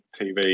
TV